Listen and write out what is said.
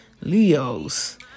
Leos